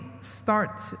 start